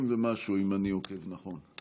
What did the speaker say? נאום הנדסת תודעה מס' 60 ומשהו, אם אני עוקב נכון.